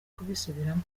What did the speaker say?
kubisubiramo